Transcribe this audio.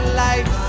life